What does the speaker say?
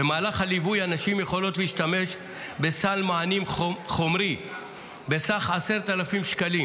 במהלך הליווי הנשים יכולות להשתמש בסל מענים חומרי בסך 10,000 שקלים